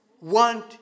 want